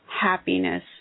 happiness